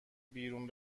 بیرون